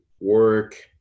work